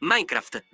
Minecraft